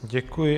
Děkuji.